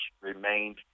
remained